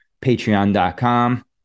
patreon.com